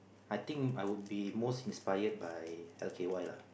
I think I would be most inspired by L_K_Y lah